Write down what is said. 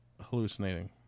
hallucinating